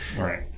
Right